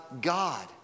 God